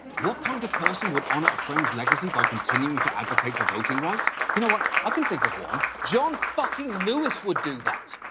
what kind of person would honor friend's legacy by continuing to advocate for voting rights? you know what, i can think of one. john fucking lewis would do that.